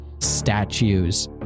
statues